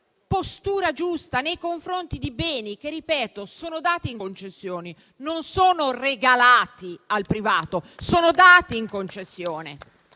postura giusta nei confronti di beni che - lo ripeto - sono dati in concessioni, non sono regalati al privato; sono dati in concessione